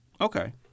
Okay